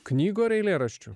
knygų ar eilėraščių